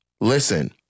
listen